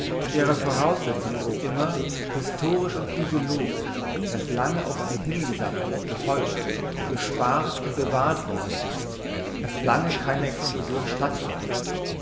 ihre voraussetzung ist immer historisch und physiologisch dass lange auf sie hin gesammelt gehäuft gespart und bewahrt worden ist dass lange keine explosion stattfand